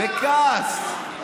ואנחנו כאן תחת מחאה, בכעס,